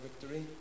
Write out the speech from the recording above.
victory